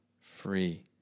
free